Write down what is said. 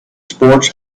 sports